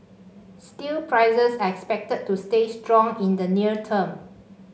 steel prices are expected to stay strong in the near term